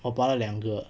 我扒了两个